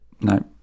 No